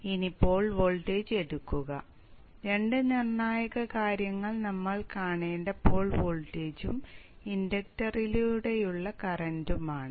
ഇനി pole voltage എടുക്കുക രണ്ട് നിർണായക കാര്യങ്ങൾ നമ്മൾ കാണേണ്ട പോൾ വോൾട്ടേജും ഇൻഡക്ടറിലൂടെയുള്ള കറന്റും ആണ്